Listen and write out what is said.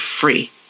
free